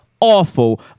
Awful